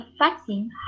affecting